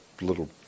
little